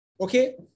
Okay